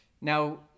Now